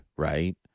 Right